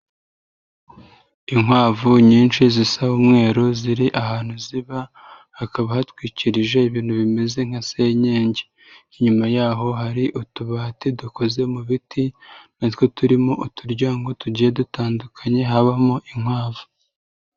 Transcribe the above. Inkwavu nyinshi zisa umweru ziri ahantu ziba, hakaba hatwikirije ibintu bimeze nka senyenge. Inyuma y'aho hari utubati dukoze mu biti, natwo turimo uturyango tugiye dutandukanye habamo inkwavu.